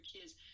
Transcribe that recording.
kids